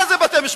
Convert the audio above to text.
מה זה בתי-משפט.